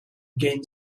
gain